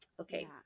okay